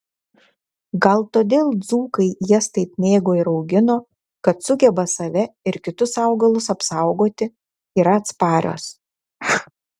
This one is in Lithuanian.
gal todėl dzūkai jas taip mėgo ir augino kad sugeba save ir kitus augalus apsaugoti yra atsparios